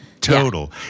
total